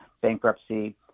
bankruptcy